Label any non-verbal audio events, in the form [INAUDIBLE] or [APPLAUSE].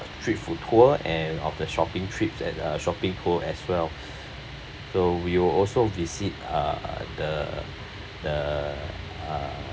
street food tour and of the shopping trips at a shopping tour as well [BREATH] so we will also visit uh the the uh